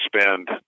spend